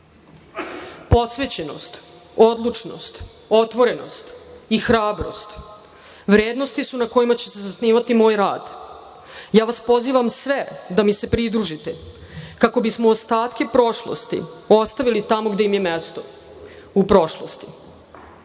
nama. Posvećenost, odlučnost, otvorenost i hrabrost vrednosti su na kojima će se zasnivati moj rad. Ja vas pozivam sve da mi se pridružite kako bi smo ostatke prošlosti ostavili tamo gde im je i mesto, u prošlosti.